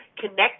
connect